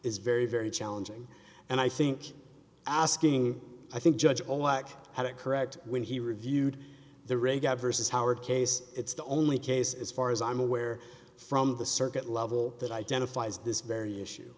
is very very challenging and i think asking i think judge on what had it correct when he reviewed the regard versus howard case it's the only case as far as i'm aware from the circuit level that identifies this very issue